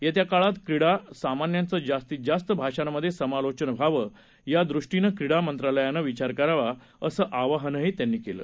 येत्या काळात क्रीडा सामन्यांचं जास्तीत जास्त भाषांमध्ये समालोचन व्हावं यादृष्टीनं क्रीडा मंत्रालयानं विचार करावा असं आवाहनही त्यांनी केलं